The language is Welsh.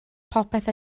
popeth